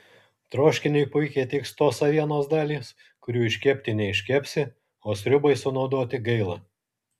troškiniui puikiai tiks tos avienos dalys kurių iškepti neiškepsi o sriubai sunaudoti gaila